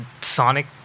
sonic